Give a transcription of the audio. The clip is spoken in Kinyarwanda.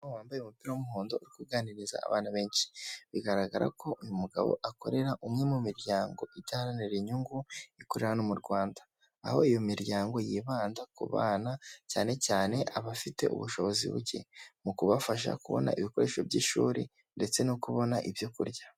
Umugore umugabo wambaye umupira w'umuhondo uri kuuganiriza abana benshi, bigaragara ko uyu mugabo akorera umwe mu miryango idaharanira inyungu ikorera mu Rwanda, aho iyo miryango yibanda ku bana cyane cyane abafite ubushobozi buke mu kubafasha kubona ibikoresho by'ishuri ndetse no kubona ibyo kurya.